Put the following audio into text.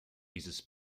dieses